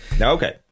Okay